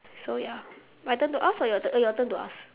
so ya my turn to ask or your tur~ your turn to ask